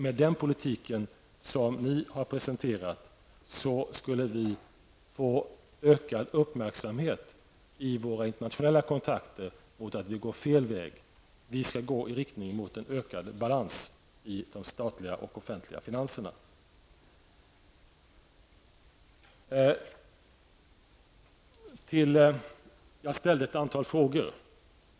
Med den politik som ni har presenterat skulle vi få ökad uppmärksamhet vid våra internationella kontakter för att vi går fel väg. Vi skall gå i riktning mot en ökad balans i de statliga och offentliga finanserna. Jag ställde ett antal frågor.